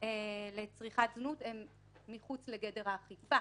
לצריכת זנות הם מחוץ לגדר האכיפה.